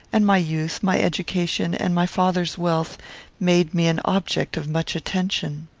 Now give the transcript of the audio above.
and my youth, my education, and my father's wealth made me an object of much attention.